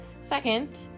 Second